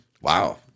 Wow